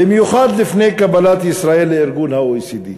במיוחד לפני קבלת ישראל ל-OECD.